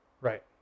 right